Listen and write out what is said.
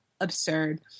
absurd